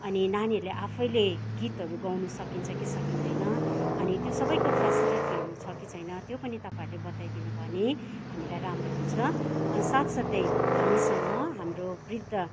अनि नानीहरूले आफैले गितहरू गाउन सकिन्छ कि सकिँदैन अनि त्यो सबैको फेसिलिटीहरू छ कि छैन त्यो पनि तपाईँहरूले बताइ दिनुभयो भने हामीलाई राम्रो हुन्छ साथ साथै हामीसँग हाम्रो वृद्ध